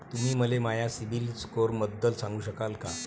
तुम्ही मले माया सीबील स्कोअरबद्दल सांगू शकाल का?